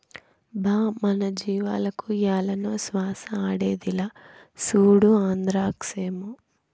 బా మన జీవాలకు ఏలనో శ్వాస ఆడేదిలా, సూడు ఆంద్రాక్సేమో